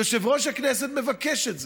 יושב-ראש הכנסת מבקש את זה,